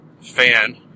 fan